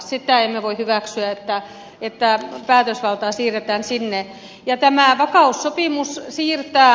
sitä emme voi hyväksyä että päätösvaltaa siirretään sinne ja tämähän on sopimus siitä